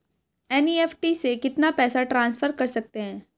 NEFT से कितना पैसा ट्रांसफर कर सकते हैं?